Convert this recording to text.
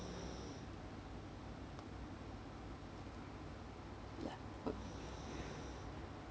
ya